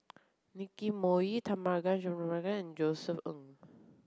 Nicky Moey Tharman Josef Ng